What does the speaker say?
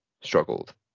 struggled